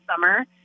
summer